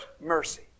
mercy